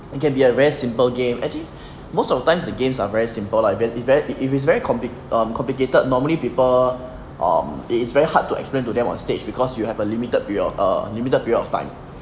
it can be a very simple game actually most of times the games are very simple lah it's very if it's very compli~ err complicated normally people um it's very hard to explain to them on stage because you have a limited period a limited period of time